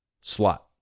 slot